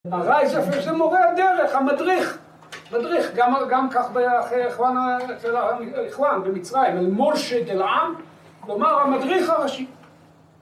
הרייס אפילו זה מורה הדרך, המדריך מדריך, גם כך היה אכוון במצרים, אלמוש דלעם כלומר המדריך הראשי